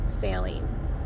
failing